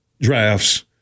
drafts